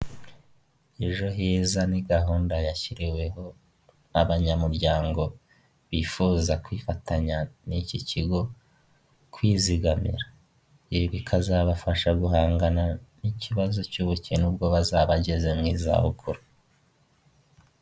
Uku ni uko bishyura amafaranga bakoresheje ikoranabuhanga bisa nk'aho ari mu gihugu cy'Ubwongereza, umuntu yari yohereje amafaranga igihumbi berekana n'undi ayo aribuze kwakira, kandi biba byerekana nimba ukoresheje ikarita za banki cyangwa izindi zose waba ukoresheje birabyerekana.